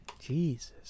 Jesus